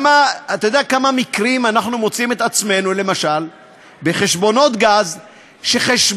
אתה יודע בכמה מקרים אנחנו מוצאים את עצמנו עם חשבונות גז שהתשלום